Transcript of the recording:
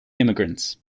immigrants